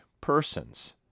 persons